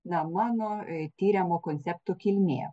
na mano tiriamo konceptų kilmė